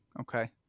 Okay